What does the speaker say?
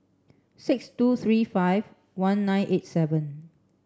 six two three five one nine eight seven